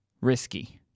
risky